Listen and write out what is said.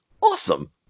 awesome